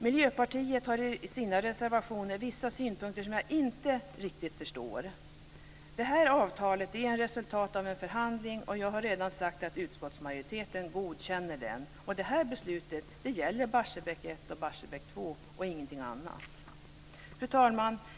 Miljöpartiet har i sina reservationer vissa synpunkter som jag inte riktigt förstår. Detta avtal är ett resultat av en förhandling, och jag har redan sagt att utskottsmajoriteten godkänner det, och detta beslut gäller Barsebäck 1 och Barsebäck 2 och ingenting annat. Fru talman!